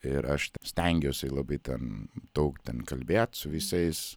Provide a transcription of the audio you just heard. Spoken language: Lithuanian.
ir aš stengiuosi labai ten daug ten kalbėt su visais